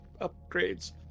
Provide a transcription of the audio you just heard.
upgrades